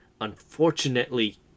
unfortunately